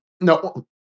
No